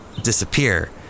Disappear